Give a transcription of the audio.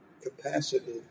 capacity